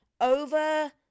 Over